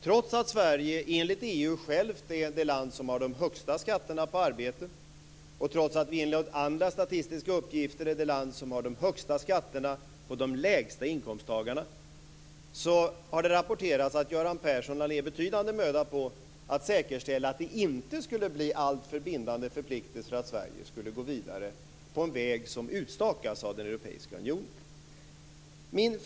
Trots att Sverige enligt EU självt är det land som har de högsta skatterna på arbete och trots att Sverige enligt andra statistiska uppgifter är det land som har de högsta skatterna för de lägsta inkomsttagarna, har det rapporterats att Göran Persson har lagt ned en betydande möda på att säkerställa att det inte skulle bli alltför bindande förpliktelser för Sverige att gå vidare på en väg som utstakas av den europeiska unionen.